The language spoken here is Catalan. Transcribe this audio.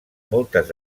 moltes